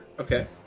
Okay